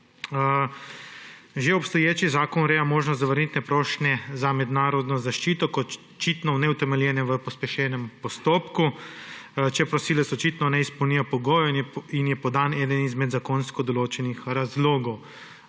že obstoječi zakon ureja možnost zavrnitve prošnje za mednarodno zaščito kot očitno neutemeljene v pospešenem postopku, če prosilec očitno ne izpolnjuje pogojev in je podan eden izmed zakonsko določenih razlogov.